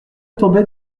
tombait